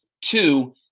Two